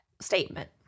statement